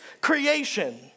creation